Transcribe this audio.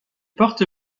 porte